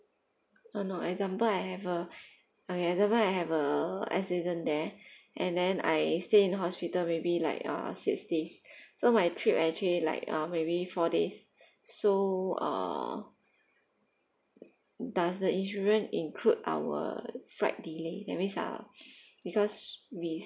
uh no example I have a like example I have uh accident there and then I stay in hospital maybe like uh six days so my trip actually like uh maybe four days so uh does the insurance include our flight delay that means uh because we